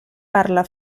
parla